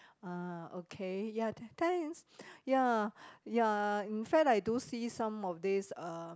ah okay ya t~ thanks ya ya in fact I do see some of this uh